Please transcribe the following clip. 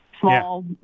small